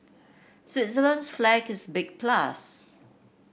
Switzerland's flag is big plus